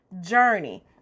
journey